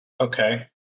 Okay